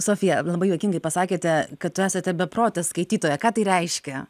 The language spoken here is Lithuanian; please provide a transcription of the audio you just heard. sofija labai juokingai pasakėte kad esate beprotė skaitytoja ką tai reiškia